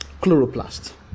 Chloroplast